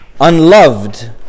unloved